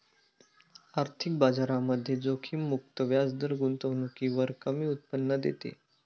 आर्थिक बाजारामध्ये जोखीम मुक्त व्याजदर गुंतवणुकीवर कमी उत्पन्न देते